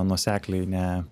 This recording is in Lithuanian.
nuosekliai ne